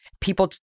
people